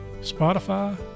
Spotify